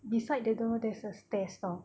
beside the door there's a stairs [tau]